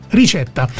ricetta